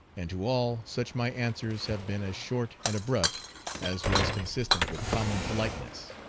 and to all such my answers have been as short and abrupt as was consistent with common politeness.